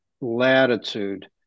latitude